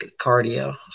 cardio